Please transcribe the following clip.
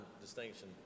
distinction